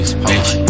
bitch